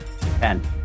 Ten